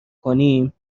کنیم